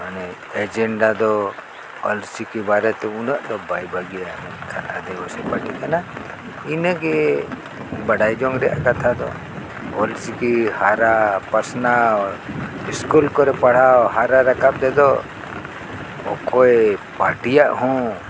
ᱢᱟᱱᱮ ᱮᱡᱮᱱᱰᱟ ᱫᱚ ᱚᱞᱪᱤᱠᱤ ᱵᱟᱨᱮᱛᱮ ᱩᱱᱟᱹᱜ ᱫᱚ ᱵᱟᱭ ᱵᱷᱟᱹᱜᱤᱭᱟ ᱢᱮᱱᱠᱷᱟᱱ ᱟᱹᱫᱤᱵᱟᱹᱥᱤ ᱯᱟᱨᱴᱤ ᱠᱟᱱᱟ ᱤᱱᱟᱹᱜᱮ ᱵᱟᱰᱟᱭ ᱡᱚᱝ ᱨᱮᱱᱟᱜ ᱠᱟᱛᱷᱟ ᱫᱚ ᱚᱞᱪᱤᱠᱤ ᱦᱟᱨᱟ ᱯᱟᱥᱱᱟᱣ ᱤᱥᱠᱩᱞ ᱠᱚᱨᱮ ᱯᱟᱲᱦᱟᱣ ᱦᱟᱨᱟ ᱨᱟᱠᱟᱵ ᱛᱮᱫᱚ ᱚᱠᱚᱭ ᱯᱟᱨᱴᱤᱭᱟᱜ ᱦᱚᱸ